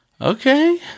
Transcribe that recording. Okay